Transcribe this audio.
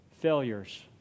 failures